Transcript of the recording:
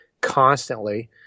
constantly